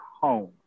home